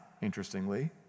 interestingly